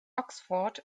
oxford